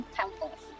temples